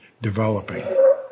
developing